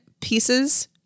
pieces